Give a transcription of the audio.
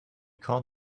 called